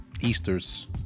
Easters